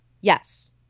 Yes